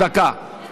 זה